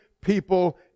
people